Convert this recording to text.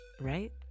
right